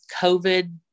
COVID